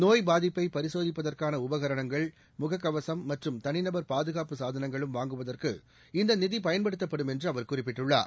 நோய் பாதிப்பை பரிசோதிப்பதற்கான உபகரணங்கள் முகக்கவசம் மற்றும் தனிநபர் பாதுகாப்பு சாதனங்களும் வாங்குவதற்கு இந்த நிதி பயன்படுத்தபடும் என்று அவர் குறிப்பிட்டுள்ளார்